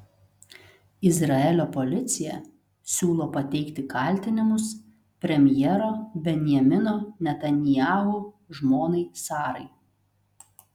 izraelio policija siūlo pateikti kaltinimus premjero benjamino netanyahu žmonai sarai